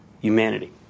humanity